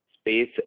space